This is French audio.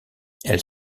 elle